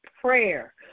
prayer